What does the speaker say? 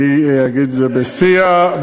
אגיד את זה בשיא הפשטות.